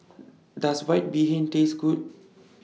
Does White Bee Hoon Taste Good